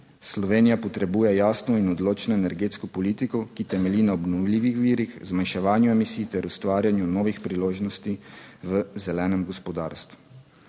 Slovenija potrebuje jasno in odločno energetsko politiko, ki temelji na obnovljivih virih, zmanjševanju emisij ter ustvarjanju novih priložnosti v zelenem gospodarstvu.